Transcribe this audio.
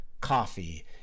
coffee